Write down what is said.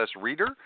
reader